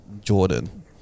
Jordan